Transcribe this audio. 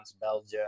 Belgium